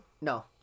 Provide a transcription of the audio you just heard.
No